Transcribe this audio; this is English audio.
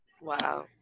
Wow